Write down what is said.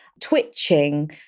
twitching